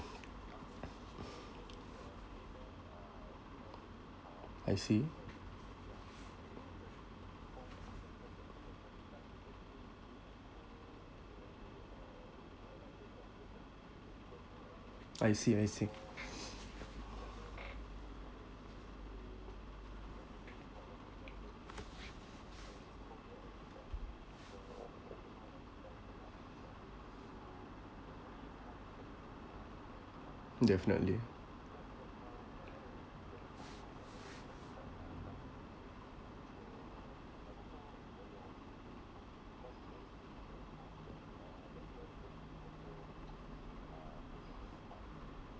I see I see I see definitely